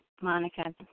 Monica